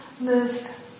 list